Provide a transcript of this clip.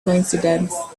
coincidence